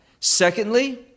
secondly